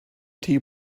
tea